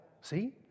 see